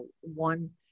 One